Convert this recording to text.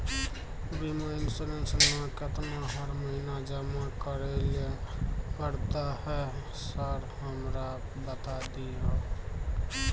बीमा इन्सुरेंस ना केतना हर महीना जमा करैले पड़ता है सर हमरा बता दिय?